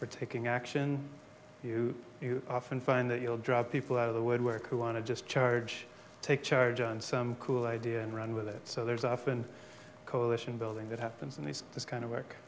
for taking action you often find that you'll drive people out of the woodwork who want to just charge take charge on some cool idea and run with it so there's often a coalition building that happens in these this kind of work